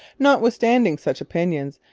notwithstanding such opinions,